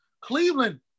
Cleveland